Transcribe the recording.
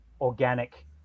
organic